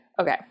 Okay